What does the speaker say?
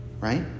Right